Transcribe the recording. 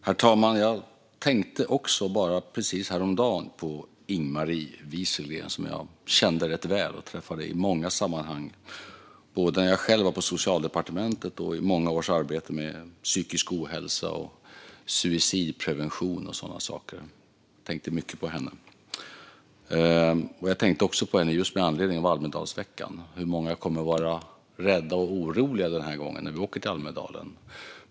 Herr talman! Jag tänkte också, precis häromdagen, på Ing-Marie Wieselgren, som jag kände ganska väl. Jag träffade henne i många sammanhang, när jag själv var på Socialdepartementet och under många års arbete med psykisk ohälsa, suicidprevention och sådana saker. Jag tänker mycket på henne. Jag tänkte också på henne just med anledning av Almedalsveckan. Hur många kommer att vara rädda och oroliga när vi åker till Almedalen den här gången?